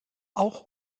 auch